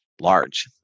large